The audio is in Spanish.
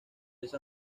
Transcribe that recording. esa